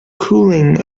cooling